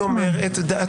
אני אומר את דעתי.